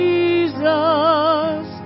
Jesus